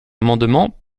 amendement